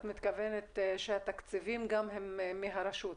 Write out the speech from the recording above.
את מתכוונת שהתקציבים גם הם מהרשות,